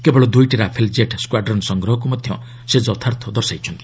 କେବଳ ଦୁଇଟି Rafale jet squadron ସଂଗ୍ରହକୁ ସେ ଯଥାର୍ଥ ଦର୍ଶାଇଛନ୍ତି